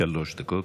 שלוש דקות.